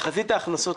תחזית ההכנסות,